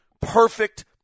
perfect